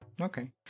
Okay